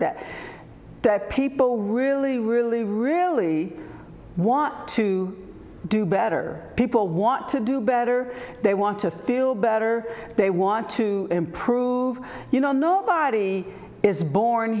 that people really really really want to do better people want to do better they want to feel better they want to improve you know nobody is born